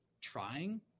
trying